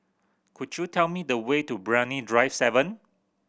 could you tell me the way to Brani Drive Seven